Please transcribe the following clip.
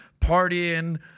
partying